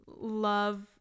love